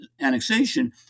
annexation